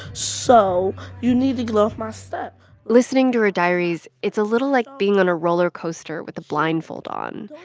so you need to get off my step listening to her ah diaries, it's a little like being on a roller coaster with a blindfold on.